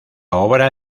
obra